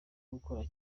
gukora